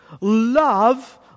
love